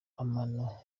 amano